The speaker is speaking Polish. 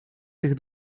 tych